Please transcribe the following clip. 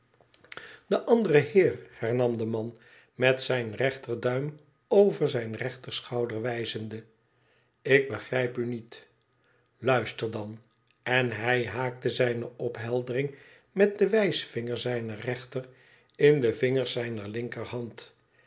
den anderen heer hernam de man met zijn rechterduim over zijn rechterschouder wijzende ik begrijp u niet luister dan en hij haakte zijne opheldering roet den wijsvinger zijner rechter in de vingers zijner linkerhand